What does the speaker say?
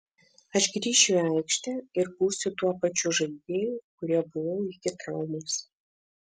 aš grįšiu į aikštę ir būsiu tuo pačiu žaidėju kuriuo buvau iki traumos